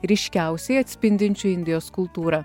ryškiausiai atspindinčių indijos kultūrą